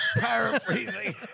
Paraphrasing